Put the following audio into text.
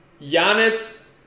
Giannis